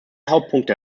hauptpunkte